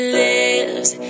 lives